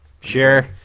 Sure